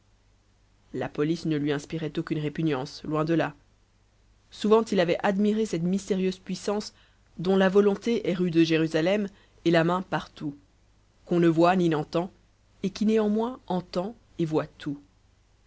la police ne lui inspirait aucune répugnance loin de là souvent il avait admiré cette mystérieuse puissance dont la volonté est rue de jérusalem et la main partout qu'on ne voit ni n'entend et qui néanmoins entend et voit tout